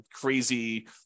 crazy